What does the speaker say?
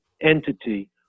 entity